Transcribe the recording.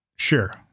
sure